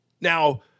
Now